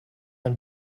ein